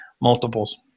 multiples